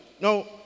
no